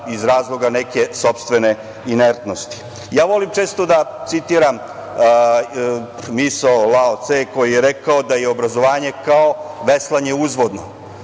iz razloga neke sopstvene inertnosti. Ja volim često da citiram misao Lao Ce, koji je rekao da je obrazovanje kao veslanje uzvodno.